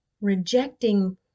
rejecting